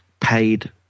paid